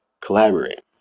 collaborate